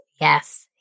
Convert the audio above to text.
yes